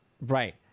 right